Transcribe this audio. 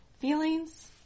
Feelings